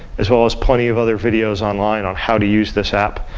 as well as plenty of other videos online on how to use this app.